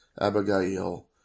Abigail